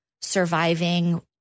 surviving